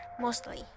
mostly